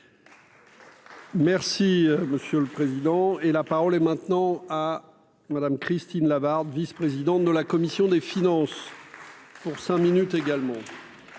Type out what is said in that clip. Merci monsieur le président, et la parole est maintenant à Madame Christine Lavarde, vice-présidente de la commission des finances. Pour 100 minutes également.